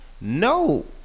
No